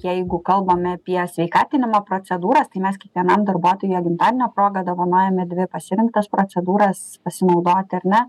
jeigu kalbam apie sveikatinimo procedūras kai mes kiekvienam darbuotojui gimtadienio proga dovanojame dvi pasirinktas procedūras pasinaudoti ar ne